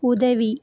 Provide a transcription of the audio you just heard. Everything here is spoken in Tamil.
உதவி